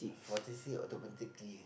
for automatically